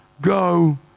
go